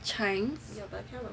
Chijmes